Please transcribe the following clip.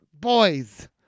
boys